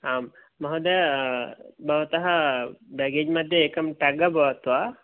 आं महोदय भवतः बेग्गेज्मध्ये एकम् टेग् अभवत् वा